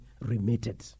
remitted